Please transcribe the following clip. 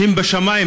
שהם בשמים,